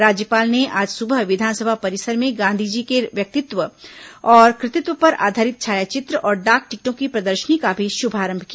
राज्यपाल ने आज सुबह विधानसभा परिसर में गांधी जी के व्यक्तित्व और कृतित्व पर आधारित छायाचित्र और डाक टिकटों की प्रदर्शनी का भी शुभारंभ किया